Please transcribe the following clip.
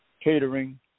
catering